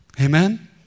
Amen